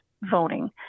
voting